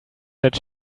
that